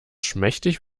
schmächtig